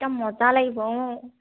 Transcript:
একদম মজা লাগিব অঁ